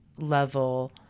level